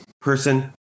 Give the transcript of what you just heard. person